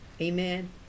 Amen